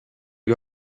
you